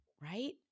Right